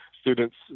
students